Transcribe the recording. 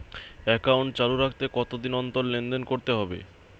Account চালু রাখতে কতদিন অন্তর লেনদেন করতে হবে?